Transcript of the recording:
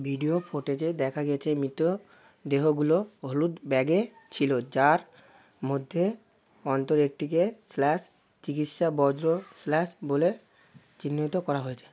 video ফুটেজে দেখা গিয়েছে মৃতদেহগুলো হলুদ ব্যাগে ছিল যার মধ্যে অন্তত একটিকে স্ল্যাশ চিকিৎসা বর্জ্য স্ল্যাশ বলে চিহ্নিত করা হয়েছে